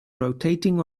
rotating